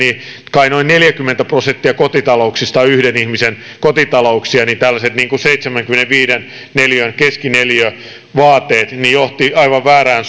kai noin neljäkymmentä prosenttia kotitalouksista on yhden ihmisen kotitalouksia tällaiset seitsemänkymmenenviiden neliön keskineliövaateet johtivat aivan väärään